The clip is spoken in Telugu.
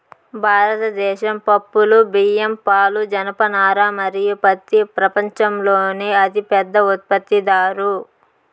భారతదేశం పప్పులు, బియ్యం, పాలు, జనపనార మరియు పత్తి ప్రపంచంలోనే అతిపెద్ద ఉత్పత్తిదారు